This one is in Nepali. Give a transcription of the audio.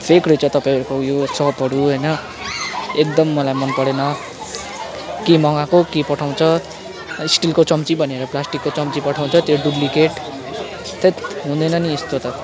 फेक रहेछ तपाईँहरूको उयो सपहरू होइन एकदम मलाई मन परेन के मगाएको के पठाउँछ स्टिलको चम्ची भनेर प्लास्टिकको चम्ची पठाउँछ त्यो डुप्लिकेट हैट् हुँदैन नि यस्तो त